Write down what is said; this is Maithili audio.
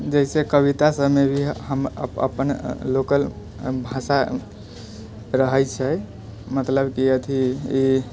जैसे कविता सभमे भी हम अपन लोकल भाषा रहै छै मतलब कि अथि ई